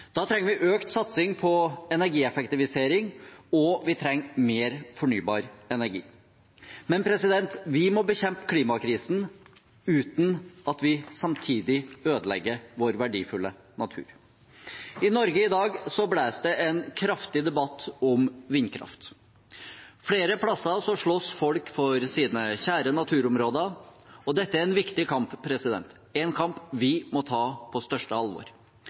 Da trenger vi økt satsing på energieffektivisering og vi trenger mer fornybar energi. Men vi må bekjempe klimakrisen uten at vi samtidig ødelegger vår verdifulle natur. I Norge blåser det i dag en kraftig debatt om vindkraft. Flere steder slåss folk for sine kjære naturområder. Dette er en viktig kamp, en kamp vi må ta på største alvor.